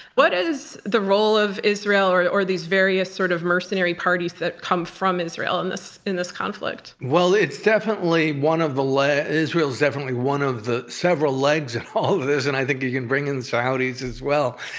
what is the role of israel or or these various sorts sort of mercenary parties that come from israel in this in this conflict? well, it's definitely one of the legs. israel is definitely one of the several legs of and all this, and i think you can bring in saudis as well.